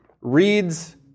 reads